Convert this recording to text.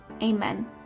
Amen